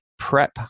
prep